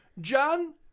John